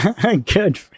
good